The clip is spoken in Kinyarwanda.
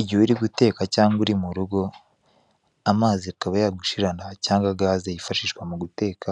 Igihe uri guteka cyangwa uri mu rugo, amazi akaba yagushirana cyangwa gazi yifashishwa mu guteka,